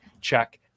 check